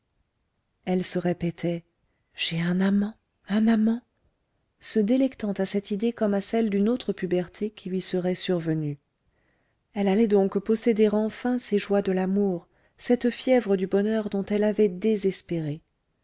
elle se répétait j'ai un amant un amant se délectant à cette idée comme à celle d'une autre puberté qui lui serait survenue elle allait donc posséder enfin ces joies de l'amour cette fièvre du bonheur dont elle avait désespéré